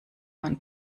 man